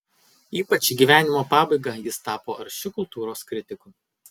ypač į gyvenimo pabaigą jis tapo aršiu kultūros kritiku